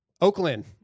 Oakland